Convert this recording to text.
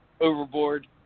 overboard